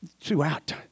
throughout